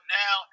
now